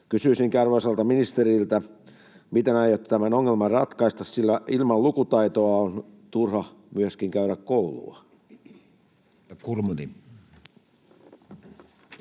Kysyisinkin arvoisalta ministeriltä: miten aiotte tämän ongelman ratkaista? Ilman lukutaitoa on myöskin turha käydä koulua.